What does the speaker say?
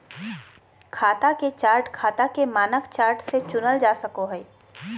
खाता के चार्ट खाता के मानक चार्ट से चुनल जा सको हय